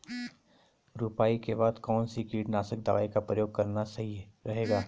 रुपाई के बाद कौन सी कीटनाशक दवाई का प्रयोग करना सही रहेगा?